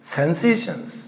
sensations